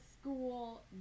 school